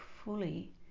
fully